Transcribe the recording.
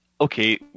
okay